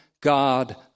god